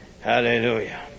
Hallelujah